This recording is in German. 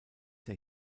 der